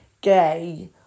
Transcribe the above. gay